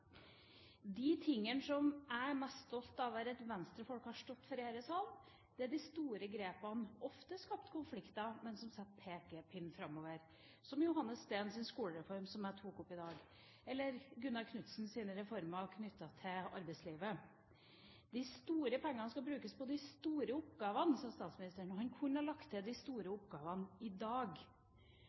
De tingene som jeg er mest stolt av, er det Venstre-folk har stått for her i salen. Det er de store grepene. Det har ofte skapt konflikter, men har vært en pekepinn framover, som Johannes Steens skolereform, som jeg tok opp i dag, eller Gunnar Knudsens reformer knyttet til arbeidslivet. De store pengene skal brukes på de store oppgavene, sa statsministeren, og han kunne ha lagt til: de store oppgavene i dag.